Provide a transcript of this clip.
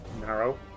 Narrow